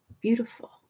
beautiful